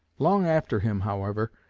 long after him, however,